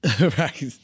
Right